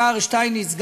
השר שטייניץ,